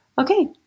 okay